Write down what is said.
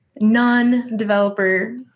non-developer